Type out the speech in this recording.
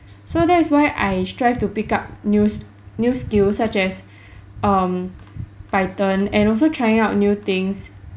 so that's why I strive to pick up news~ new skills such as um Python and also trying out new things